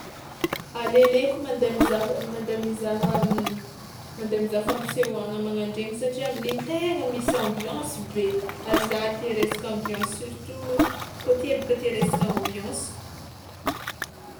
Aleleoko mandeha mizaha mandeha mizaha mandeha mizaha fampisehoàgna manan-dregny amin'iny tegna misy ambiance be ary za tia resaka ambiance surtout côtier bôka tia resaka ambiance.